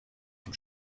dem